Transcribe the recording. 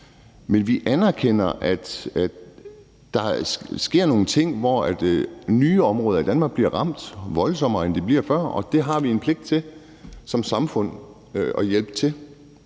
men vi anerkender, at der sker nogle ting, hvor nye områder i Danmark bliver ramt voldsommere, end de er blevet før. Der har vi som samfund pligt til